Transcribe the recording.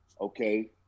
Okay